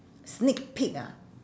sneak peek ah